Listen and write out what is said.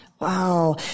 Wow